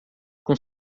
com